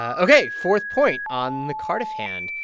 ok. fourth point on the cardiff hand.